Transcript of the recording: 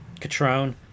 Catrone